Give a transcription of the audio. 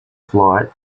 fight